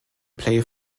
play